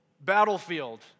battlefield